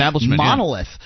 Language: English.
monolith